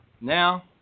Now